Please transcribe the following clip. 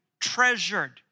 treasured